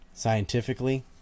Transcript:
Scientifically